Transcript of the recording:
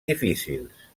difícils